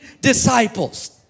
disciples